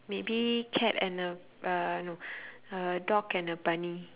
maybe cat and a uh no a dog and a bunny